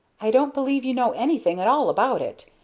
i don't believe you know anything at all about it.